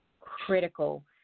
critical